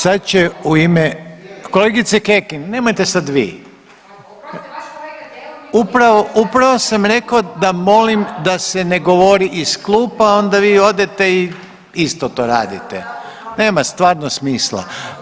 Sad će u ime, kolegice Kekin, nemojte sad vi … [[Upadica iz klupe se ne razumije]] Upravo, upravo sam rekao da molim da se ne govori iz klupa, onda vi odete i isto to radite, nema stvarno smisla.